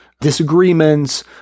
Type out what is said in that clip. disagreements